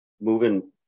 moving